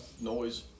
noise